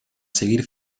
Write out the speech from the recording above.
seguir